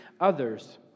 others